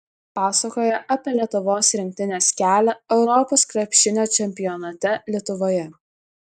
pasakoja apie lietuvos rinktinės kelią europos krepšinio čempionate lietuvoje